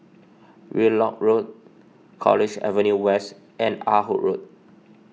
Yung Loh Road College Avenue West and Ah Hood Road